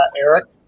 Eric